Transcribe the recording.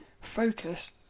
focus